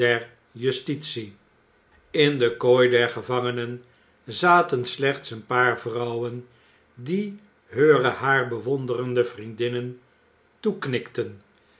in de kooi der gevangenen zaten slechts een paar vrouwen die heure haar bewonderende vriendinnen toeknikten